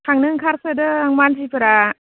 थांनो ओंखारसोदों मानसिफोरा